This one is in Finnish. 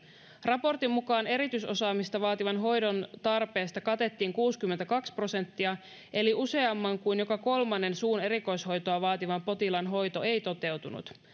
raportin mukaan erityisosaamista vaativan hoidon tarpeesta katettiin kuusikymmentäkaksi prosenttia eli useamman kuin joka kolmannen suun erikoishoitoa vaativan potilaan hoito ei toteutunut